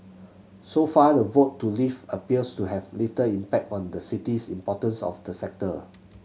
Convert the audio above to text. so far the vote to leave appears to have little impact on the city's importance of the sector